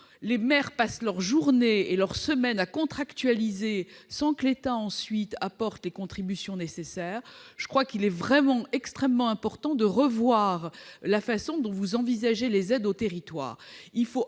les maires passent leurs journées à contractualiser sans que l'État apporte ensuite les contributions nécessaires. Il est vraiment extrêmement important de revoir la façon dont vous envisagez les aides aux territoires.